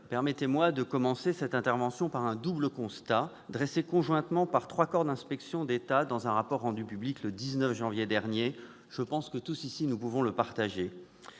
permettez-moi de commencer cette intervention par un double constat, dressé conjointement par trois corps d'inspection de l'État, dans un rapport rendu public le 19 janvier dernier. Je pense que nous pouvons tous ici le partager.